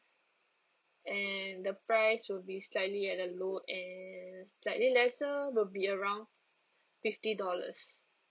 and the price will be slightly at the low end slightly lesser will be around fifty dollars